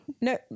No